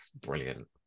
brilliant